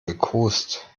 gekost